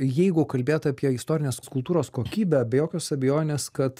jeigu kalbėt apie istorinės kultūros kokybę be jokios abejonės kad